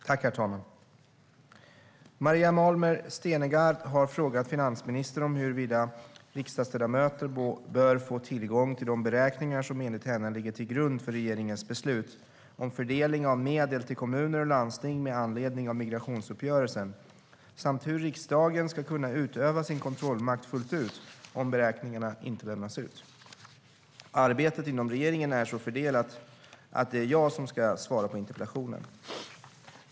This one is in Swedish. Herr talman! Maria Malmer Stenergard har frågat finansministern om riksdagsledamöter bör få tillgång till de beräkningar som enligt henne ligger till grund för regeringens beslut om fördelning av medel till kommuner och landsting med anledning av migrationsuppgörelsen samt hur riksdagen ska kunna utöva sin kontrollmakt fullt ut om beräkningarna inte lämnas ut. Arbetet inom regeringen är så fördelat att det är jag som ska svara på interpellationen.